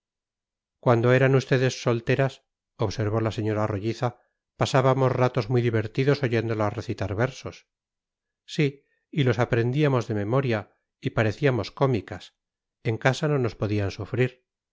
cuando eran ustedes solteras observó la señora rolliza pasábamos ratos muy divertidos oyéndolas recitar versos sí y los aprendíamos de memoria y parecíamos cómicas en casa no nos podían sufrir